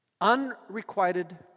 Unrequited